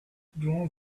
drawing